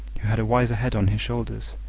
who had a wiser head on his shoulders,